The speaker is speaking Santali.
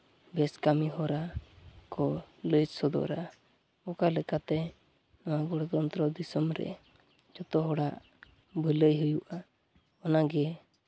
ᱵᱮᱥ ᱠᱟᱹᱢᱤ ᱦᱚᱨᱟ ᱠᱚ ᱞᱟᱹᱭ ᱥᱚᱫᱚᱨᱟ ᱚᱠᱟ ᱞᱮᱠᱟᱛᱮ ᱱᱚᱣᱟ ᱜᱚᱱᱚᱛᱚᱱᱛᱨᱚ ᱫᱤᱥᱚᱢ ᱨᱮ ᱡᱚᱛᱚ ᱦᱚᱲᱟᱜ ᱵᱷᱟᱹᱞᱟᱹᱭ ᱦᱩᱭᱩᱜᱼᱟ